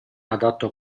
adatto